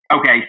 okay